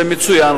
זה מצוין.